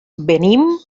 venim